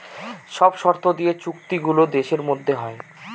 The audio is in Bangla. সব শর্ত দিয়ে চুক্তি গুলো দেশের মধ্যে হয়